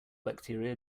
bacteria